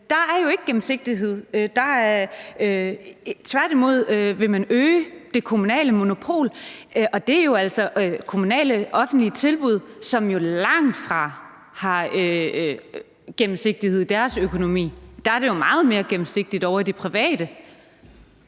Der er jo ikke gennemsigtighed. Tværtimod vil man øge det kommunale monopol, og det er altså kommunale offentlige tilbud, som jo langtfra har gennemsigtighed i deres økonomi. Der er det jo meget mere gennemsigtigt ovre i det private.